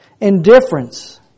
Indifference